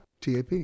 TAP